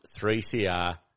3CR